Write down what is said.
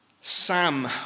Sam